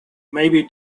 maybe